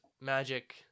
magic